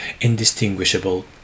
indistinguishable